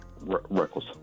reckless